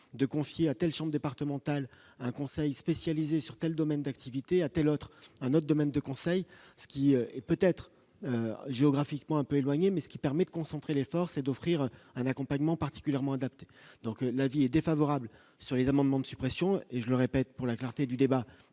de confier à telle chambre départementale un conseil spécialisé sur telle domaines d'activité à telle autre un autre domaine de conseils, ce qui est peut-être géographiquement un peu éloigné, mais ce qui permet de concentrer l'effort, c'est d'offrir un accompagnement particulièrement adapté, donc l'avis est défavorable sur les amendements de suppression et je le répète, pour la clarté du débat